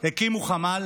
הקימו חמ"ל